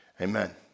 Amen